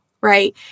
right